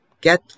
get